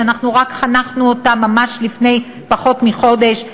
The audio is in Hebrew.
שאנחנו חנכנו אותה ממש לפני פחות מחודש,